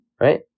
Right